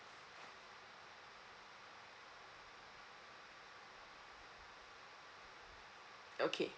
okay